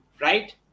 right